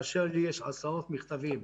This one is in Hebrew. לי יש עשרות מכתבים,